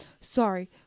Sorry